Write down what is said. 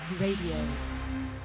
Radio